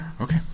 Okay